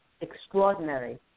extraordinary